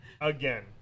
again